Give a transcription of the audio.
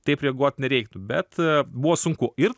taip reaguot nereiktų bet buvo sunku ir